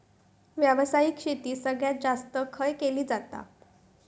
व्यावसायिक शेती सगळ्यात जास्त खय केली जाता?